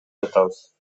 жатабыз